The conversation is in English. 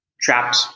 trapped